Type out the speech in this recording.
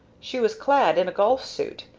she was clad in a golf suit,